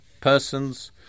persons